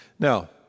Now